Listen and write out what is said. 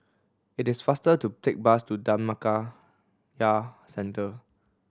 it is faster to take bus to Dhammakaya Centre